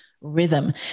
rhythm